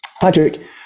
Patrick